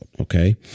Okay